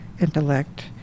intellect